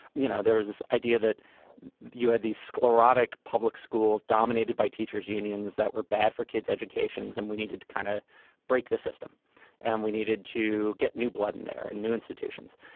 you know, there was this idea that you had these sclerotic public schools dominated by teachers unions that were bad for kids educations. and we needed to kind of break the system and we needed to get new blood in there and new institutions.